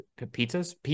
pizzas